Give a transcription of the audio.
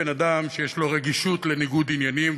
בן אדם שיש לו רגישות לניגוד עניינים,